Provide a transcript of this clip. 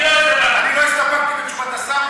אני לא מבין על מה העקשנות.